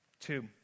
Two